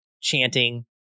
chanting